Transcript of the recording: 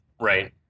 Right